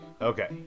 Okay